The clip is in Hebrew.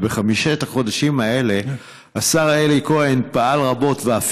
ובחמשת החודשים האלה השר אלי כהן פעל רבות ואף